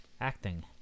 Acting